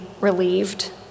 relieved